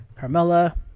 Carmella